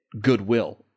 goodwill